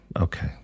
Okay